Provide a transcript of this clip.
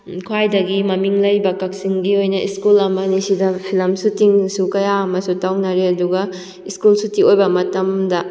ꯈ꯭ꯋꯥꯏꯗꯒꯤ ꯃꯃꯤꯡ ꯂꯩꯕ ꯀꯛꯆꯤꯡꯒꯤ ꯑꯣꯏꯅ ꯏꯁꯀꯨꯜ ꯑꯃꯅꯤ ꯑꯁꯤꯗ ꯐꯤꯂꯝ ꯁꯨꯇꯤꯡꯅꯁꯨ ꯀꯌꯥ ꯑꯃꯁꯨ ꯇꯧꯅꯔꯦ ꯑꯗꯨꯒ ꯏꯁꯀꯨꯜ ꯁꯨꯇꯤ ꯑꯣꯏꯕ ꯃꯇꯝꯗ